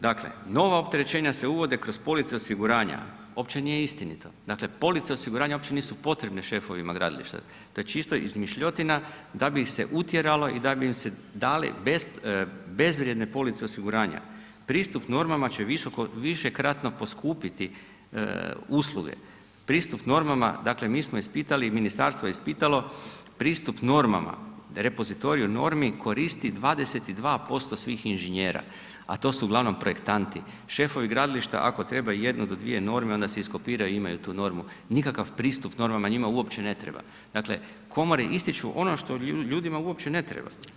Dakle, nova opterećenja se uvode kroz police osiguranja, opće nije istinito, dakle police osiguranja opće nisu potrebne šefovima gradilišta, to je čisto izmišljotina da bi ih se utjeralo i da bi im se dale bezvrijedne police osiguranja, pristup normama će višekratno poskupiti usluge, pristup normama, dakle mi smo ispitali, ministarstvo je ispitalo pristup normama, repozitorij u normi koristi 22% svih inženjera, a to su uglavnom projektanti, šefovi gradilišta ako trebaju jednu do dvije norme onda si iskopiraju, imaju tu normu, nikakav pristup normama njima uopće ne treba, dakle, komore ističu ono što ljudima uopće ne treba.